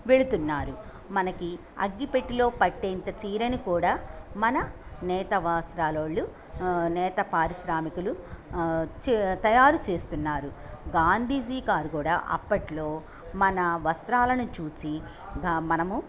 వెళుతున్నారు మనకి అగ్గిపెట్టెలో పట్టేంత చీరని కూడా మన నేత వాస్త్రాల్లోళ్ళు నేత పారిశ్రామికులు తయారు చేస్తున్నారు గాంధీజీ గారు కూడా అప్పట్లో మన వస్త్రాలను చూచి మనము